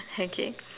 okay